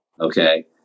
okay